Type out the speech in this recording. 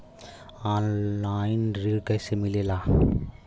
Online ऋण कैसे मिले ला?